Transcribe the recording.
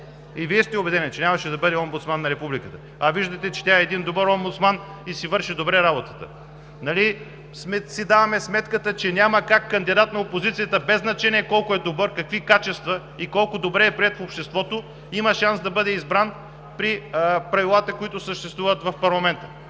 и Вие сте убедени, че нямаше да бъде омбудсман на Републиката (оживление в ПГ на ГЕРБ), а виждате, че тя е един добър омбудсман и си върши добре работата. (Смях в ПГ на ГЕРБ.) Нали си даваме сметка, че няма как кандидат на опозицията, без значение колко е добър, какви качества и колко добре е приет в обществото, да има шанс да бъде избран при правилата, които съществуват в парламента?